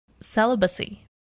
celibacy